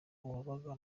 uwabaga